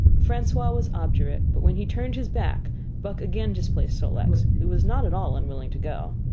francois was obdurate, but when he turned his back buck again displaced sol-leks, who was not at all unwilling to go.